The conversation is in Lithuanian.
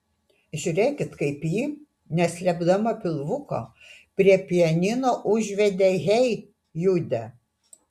žiūrėkit kaip ji neslėpdama pilvuko prie pianino užvedė hey jude